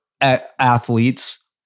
athletes